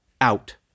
out